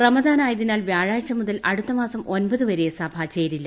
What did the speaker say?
റമദാനായതിനാൽ വ്യാഴാഴ്ച മുതൽ അടുത്തമാസം ഒമ്പതുവരെ സഭ ചേരില്ല